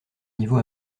niveau